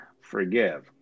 forgive